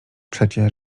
przecie